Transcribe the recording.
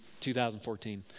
2014